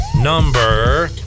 number